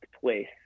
place